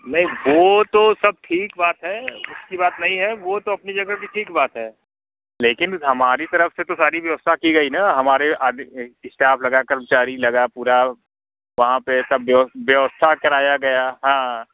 नहीं वो तो सब ठीक बात है उसकी बात नहीं है वो तो अपनी जगह भी ठीक बात है लेकिन हमारी तरफ़ से तो सारी व्यवस्था की गई ना हमारे आदमी स्टॉफ लगा कर्मचारी लगा पूरा वहाँ पर सब व्यवस्था कराई गई हाँ